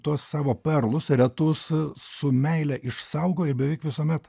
tuos savo perlus retus su meile išsaugoja beveik visuomet